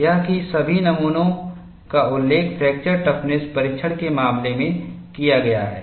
यह कि सभी नमूनों का उल्लेख फ्रैक्चर टफ़्नस परीक्षण के मामले में किया गया है